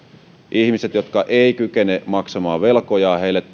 ihmisille jotka eivät kykene maksamaan velkojaan